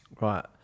Right